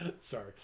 sorry